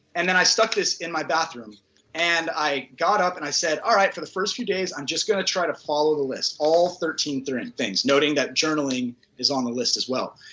and then i stuck this in my bathroom and i got up and i said, alright for the first few days i'm just going to try to follow the list, all thirteen current things noting that journaling is on the list as well.